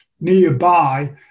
nearby